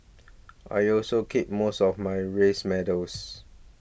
I also keep most of my race medals